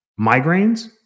Migraines